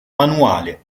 manuale